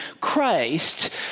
Christ